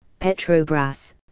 Petrobras